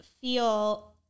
feel